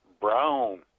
brown